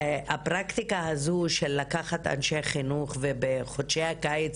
הפרקטיקה הזו של לקחת אנשי חינוך ובחודשי הקיץ